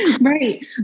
Right